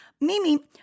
Mimi